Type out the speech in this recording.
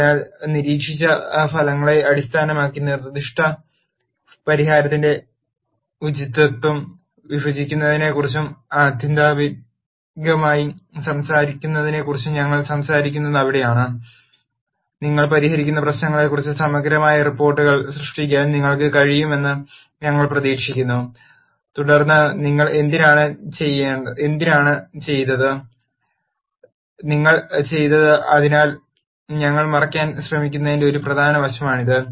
അതിനാൽ നിരീക്ഷിച്ച ഫലങ്ങളെ അടിസ്ഥാനമാക്കി നിർദ്ദിഷ്ട പരിഹാരത്തിന്റെ ഉചിതത്വം വിഭജിക്കുന്നതിനെക്കുറിച്ചും ആത്യന്തികമായി സംസാരിക്കുന്നതിനെക്കുറിച്ചും ഞങ്ങൾ സംസാരിക്കുന്നത് അവിടെയാണ് നിങ്ങൾ പരിഹരിക്കുന്ന പ്രശ്നങ്ങളെക്കുറിച്ച് സമഗ്രമായ റിപ്പോർട്ടുകൾ സൃഷ്ടിക്കാൻ നിങ്ങൾക്ക് കഴിയുമെന്ന് ഞങ്ങൾ പ്രതീക്ഷിക്കുന്നു തുടർന്ന് നിങ്ങൾ എന്തിനാണ് ചെയ്തത് നിങ്ങൾ ചെയ്തത് അതിനാൽ ഞങ്ങൾ മറയ്ക്കാൻ ശ്രമിക്കുന്നതിന്റെ ഒരു പ്രധാന വശമാണിത്